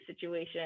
situation